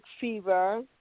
fever